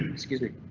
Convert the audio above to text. excuse me